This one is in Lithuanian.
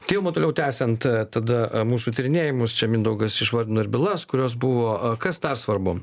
ilma toliau tęsiant tada mūsų tyrinėjimus čia mindaugas išvardino ir bylas kurios buvo kas dar svarbu